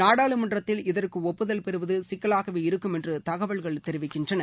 நாடாளுமன்றத்தில் இதற்கு ஒப்புதல் பெறுவது சிக்கலாகவே இருக்கும் என்று தகவல்கள் தெரிவிக்கின்றன